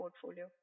portfolio